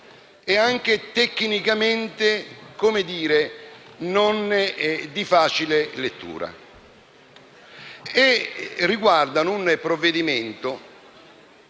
serie e tecnicamente non di facile lettura.